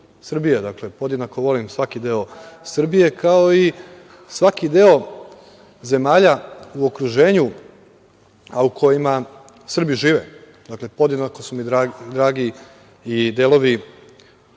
Dakle, podjednako volim svaki deo Srbije, kao i svaki deo zemalja u okruženju, a u kojima Srbi žive. Dakle, podjednako su mi dragi i delovi